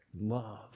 love